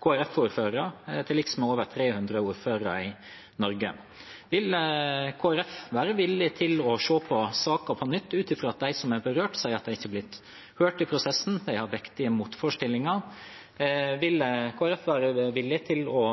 over 300 ordførere i Norge. Vil Kristelig Folkeparti være villig til å se på saken på nytt, ut fra at de som er berørt, sier at de ikke har blitt hørt i prosessen, og de har vektige motforestillinger? Vil Kristelig Folkeparti være villig til å